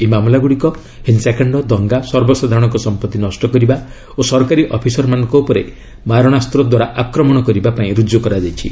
ଏହି ମାମଲାଗୁଡ଼ିକ ହିଂସାକାଣ୍ଡ ଦଙ୍ଗା ସର୍ବସାଧାରଣଙ୍କ ସମ୍ପତ୍ତି ନଷ୍ଟ କରିବା ଓ ସରକାରୀ ଅଫିସରମାନଙ୍କ ଉପରେ ମାରଣାସ୍ତ୍ୱଦ୍ୱାରା ଆକ୍ରମଣ କରିବା ପାଇଁ ରୁଜ୍ଜୁ କରାଯାଇଛି